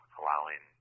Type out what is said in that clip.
allowing